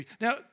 Now